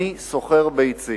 אני סוחר ביצים.